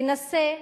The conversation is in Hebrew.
תנסה,